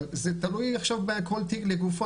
אבל זה תלוי בכל תיק לגופו.